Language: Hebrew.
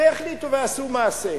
והחליטו ועשו מעשה.